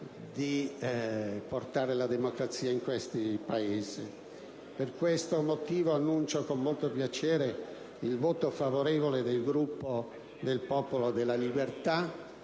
di portare la democrazia in questi Paesi. Per questi motivi, annuncio con molto piacere il voto favorevole del Gruppo Il Popolo della Libertà,